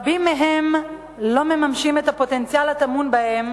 רבים מהם לא מממשים את הפוטנציאל הטמון בהם